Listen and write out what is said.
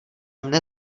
mne